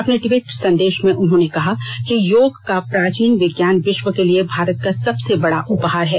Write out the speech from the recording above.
अपने ट्वीट संदेश में उन्होंने कहा कि योग का प्राचीन विज्ञान विश्व के लिए भारत का सबसे बड़ा उपहार है